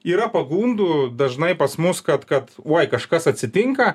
yra pagundų dažnai pas mus kad kad oi kažkas atsitinka